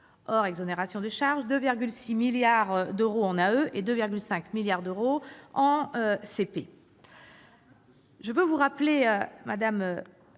hors exonérations de charges, de 2,6 milliards d'euros en AE et de 2,5 milliards d'euros en CP.